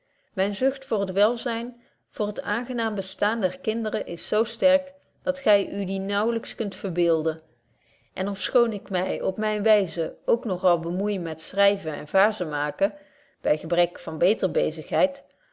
myne zucht voor het welzyn voor het aangenaam bestaan der kinderen is zo sterk dat gy u die naauwlyks kunt verbeelden en ofschoon ik my op myne wyze ook nog al bemoei met schryven en vaerzenmaken by gebrek van beter bezigheid